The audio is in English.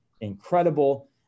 incredible